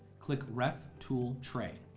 click ref tool tray.